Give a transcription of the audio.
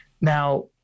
Now